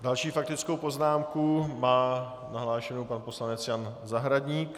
Další faktickou poznámku má nahlášenou pan poslanec Jan Zahradník.